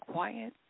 Quiet